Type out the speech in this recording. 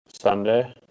Sunday